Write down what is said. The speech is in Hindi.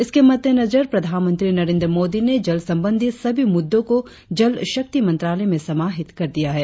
इसके मद्देनजर प्रधानमंत्री नरेंद्र मोदी ने जल संबंधी सभी मुद्दों को जल शक्ति मंत्रालय में समाहित कर दिया है